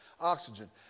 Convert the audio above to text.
oxygen